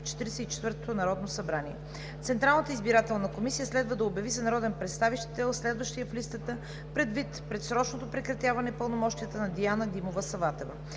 в 44-тото Народно събрание. Централната избирателна комисия следва да обяви за народен представител следващия в листата предвид предсрочното прекратяване пълномощията на Диана Димова Саватева.